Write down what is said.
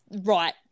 right